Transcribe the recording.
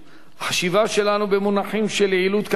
החשיבה שלנו במונחים של יעילות כלכלית